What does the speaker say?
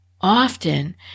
Often